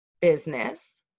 business